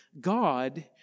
God